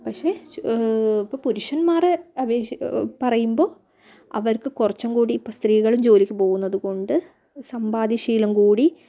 പക്ഷേ ജൊ ഇപ്പോൾ പുരുഷൻമാരെ അപേക്ഷിച്ച് പറയുമ്പോൾ അവർക്ക് കുറച്ചും കൂടി ഇപ്പം സ്ത്രീകളും ജോലിക്ക് പോകുന്നത് കൊണ്ട് സമ്പാദ്യ ശീലം കൂടി